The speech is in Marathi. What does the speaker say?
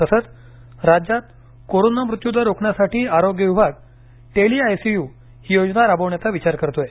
तसच राज्यात कोरोना मृत्यूदर रोखण्यासाठी आरोग्य विभाग टेली आय सी यु ही योजना राबवण्याचा विचार करत आहे